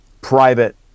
private